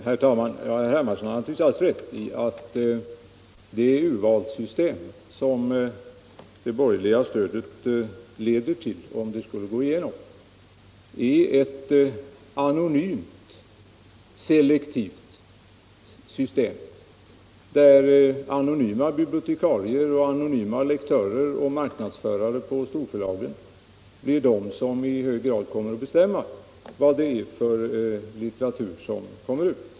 Herr talman! Herr Hermansson har alldeles rätt i att det urvalssystem som det borgerliga stödet leder till, om det skulle antas, är ett anonymt, selektivt system där anonyma bibliotekarier, lektörer och marknadsförare på storförlagen i hög grad kommer att bestämma vilken litteratur som skall komma ut.